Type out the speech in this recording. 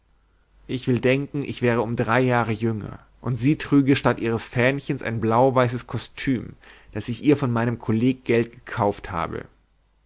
ich will denken ich wäre um drei jahre jünger und sie trüge statt ihres fähnchens ein blauweißes kostüm das ich ihr von meinem kolleggeld gekauft habe